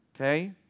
okay